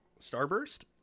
starburst